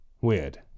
Weird